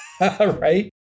right